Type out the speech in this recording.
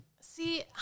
See